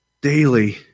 daily